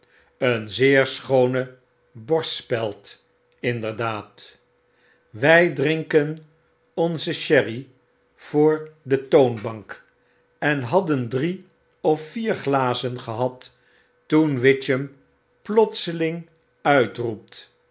een zeer schooneborstspeldinderdaad wy drinken onze sherry voor de toonbank en hadden drie of vier glazen gehad toen witchem plotseling uitroept